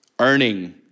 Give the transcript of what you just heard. earning